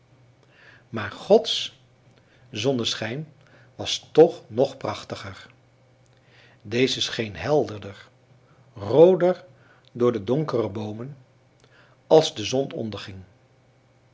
maar gods zonneschijn was toch nog prachtiger deze scheen helderder rooder door de donkere boomen als de zon onderging